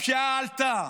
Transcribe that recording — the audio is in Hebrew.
הפשיעה עלתה.